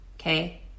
okay